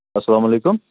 اَسلامُ علیکُم